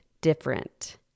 different